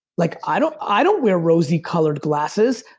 like i don't i don't wear rosy colored glasses.